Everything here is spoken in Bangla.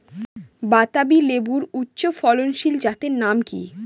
বাতাবি লেবুর উচ্চ ফলনশীল জাতের নাম কি?